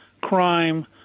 crime